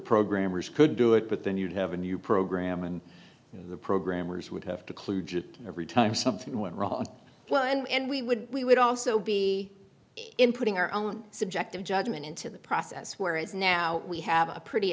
programmers could do it but then you'd have a new program and the programmers would have to kluge it every time something went wrong well and we would we would also be inputting our own subjective judgement into the process where it's now we have a pretty